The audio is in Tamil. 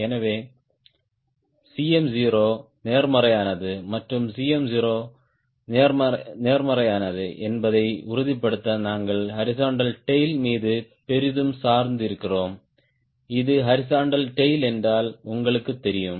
எனவே Cm0 நேர்மறையானது மற்றும் Cm0 நேர்மறையானது என்பதை உறுதிப்படுத்த நாங்கள் ஹாரிஸ்ன்ட்டல் டேய்ல் மீது பெரிதும் சார்ந்து இருக்கிறோம் இது ஹாரிஸ்ன்ட்டல் டேய்ல் என்றால் உங்களுக்குத் தெரியும்